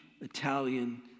Italian